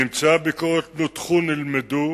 ממצאי הביקורת נותחו, נלמדו